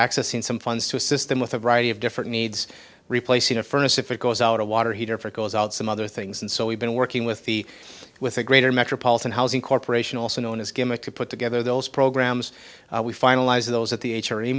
accessing some funds to assist them with a variety of different needs replacing a furnace if it goes out a water heater for goes out some other things and so we've been working with the with the greater metropolitan housing corporation also known as gimmick to put together those programs we finalized those at the a